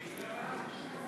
נתקבל.